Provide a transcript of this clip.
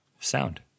sound